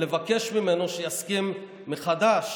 לבקש ממנו שיסכים מחדש